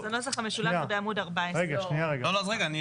אז בנוסח המשולב זה בעמוד 14. שנייה חברים,